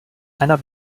einer